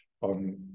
on